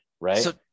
right